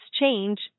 change